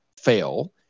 fail